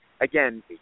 again